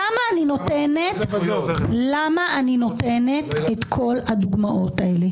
למה אני נותנת את כל הדוגמאות האלה?